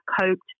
coped